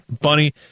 Bunny